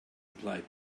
applied